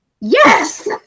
yes